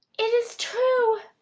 it is true!